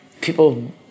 people